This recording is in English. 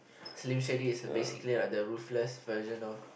slim shady is basically like the roofless version of